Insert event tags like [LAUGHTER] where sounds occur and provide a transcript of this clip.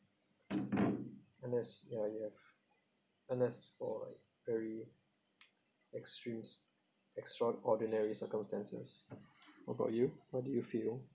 [NOISE] unless ya you have unless all like very extremes extraordinary circumstances what about you what do you feel